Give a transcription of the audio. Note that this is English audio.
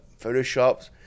photoshops